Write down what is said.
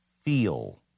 feel